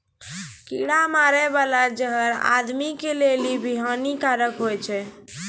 कीड़ा मारै बाला जहर आदमी के लेली भी हानि कारक हुवै छै